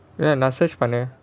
என்ன:enna assist பண்ணு:pannu